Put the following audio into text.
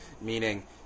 Meaning